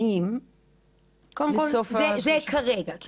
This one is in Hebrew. המצב כרגע.